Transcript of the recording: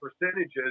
percentages